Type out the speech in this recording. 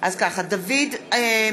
(קוראת בשמות חברי הכנסת) דוד אזולאי,